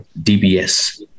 DBS